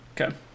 Okay